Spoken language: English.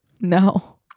No